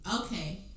okay